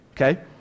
okay